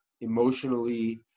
emotionally